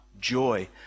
joy